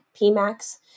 Pmax